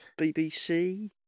BBC